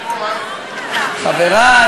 חברי,